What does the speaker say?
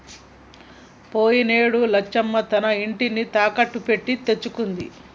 పోయినేడు లచ్చమ్మ తన ఇంటిని తాకట్టు పెట్టి తెచ్చుకుంది